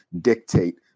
dictate